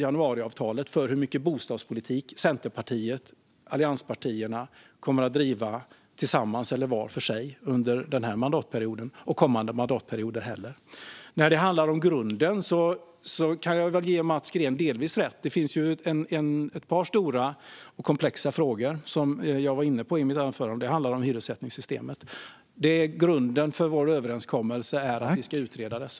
ingen gräns för hur mycket bostadspolitik Centerpartiet och allianspartierna kommer att driva - tillsammans eller var för sig - under den här mandatperioden och inte heller under kommande mandatperioder. När det handlar om grunden kan jag väl ge Mats Green delvis rätt. Det finns ett par stora och komplexa frågor som jag var inne på i mitt anförande, och de handlar om hyressättningssystemet. Grunden för vår överenskommelse är att vi ska utreda dessa.